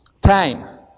Time